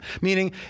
Meaning